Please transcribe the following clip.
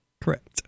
Correct